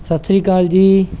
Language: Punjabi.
ਸਤਿ ਸ਼੍ਰੀ ਅਕਾਲ ਜੀ